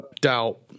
doubt